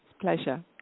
Pleasure